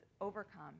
overcome